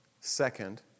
second